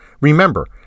Remember